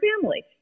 family